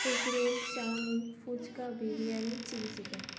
egg roll chowmein phuchka biryani chilli chicken